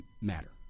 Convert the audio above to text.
matter